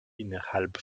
innerhalb